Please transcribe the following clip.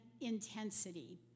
intensity